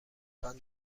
تکان